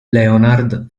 leonard